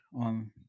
on